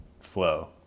flow